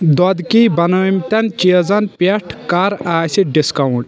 دۄدٕکۍ بَنٲہمٕتن چیٖزن پٮ۪ٹھ کَر آسہِ ڈسکاونٹ